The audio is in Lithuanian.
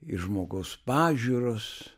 ir žmogaus pažiūros